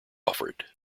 offered